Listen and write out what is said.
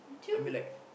I mean like